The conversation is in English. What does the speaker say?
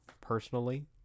personally